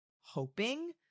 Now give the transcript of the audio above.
hoping